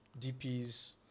DPs